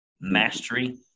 mastery